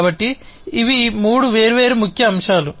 కాబట్టి ఇవి మూడు వేర్వేరు ముఖ్య అంశాలు